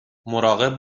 مراقب